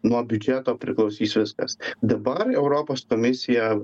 nuo biudžeto priklausys viskas dabar europos komisija